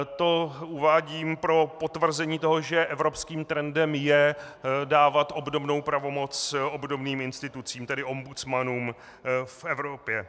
To uvádím pro potvrzení toho, že evropským trendem je dávat obdobnou pravomoc obdobným institucím, tedy ombudsmanům v Evropě.